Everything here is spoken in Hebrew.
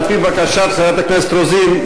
על-פי בקשת חברת הכנסת רוזין,